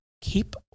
keep